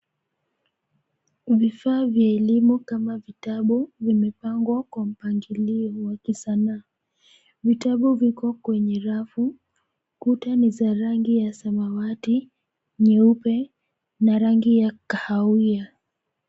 Vifaa vya elimu kama vitabu vimepangwa kwa mpangilio wa kisanaa. Vitabu viko kwenye rafu, kuta ni za rangi ya samawati, nyeupe, na rangi ya kahawia.